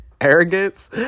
Arrogance